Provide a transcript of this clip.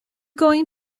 going